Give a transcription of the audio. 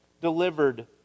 delivered